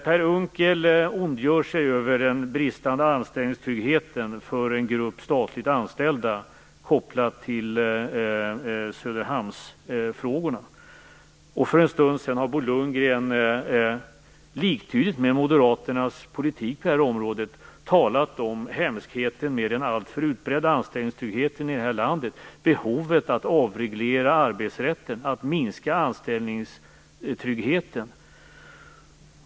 Per Unckel ondgör sig över den bristande anställningstryggheten för en grupp statligt anställda, kopplat till Söderhamnsfrågorna. För en stund sedan har Bo Lundgren, i samklang med moderaternas politik på det här området, talat om hemskheten med den alltför utbredda anställningstryggheten i vårt land och om behovet av att avreglera arbetsrätten och minska anställningstryggheten.